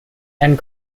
and